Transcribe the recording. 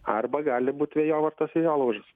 arba gali būt vėjovartos vėjolaužos